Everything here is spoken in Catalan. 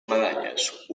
medalles